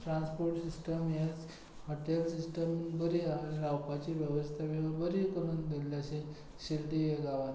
transport system हें hotel system बरी आसा रावपाची वेवस्था बी बरी करून दवरल्या अशी शिरडी ह्या गांवांत